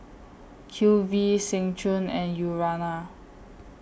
Q V Seng Choon and Urana